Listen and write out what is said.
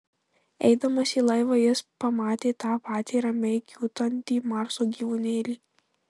eidamas į laivą jis pamatė tą patį ramiai kiūtantį marso gyvūnėlį